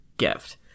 gift